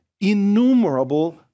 innumerable